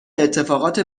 اتفاقات